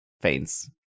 faints